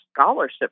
scholarship